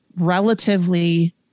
relatively